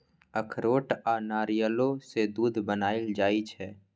अखरोट आ नारियलो सँ दूध बनाएल जाइ छै